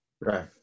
Right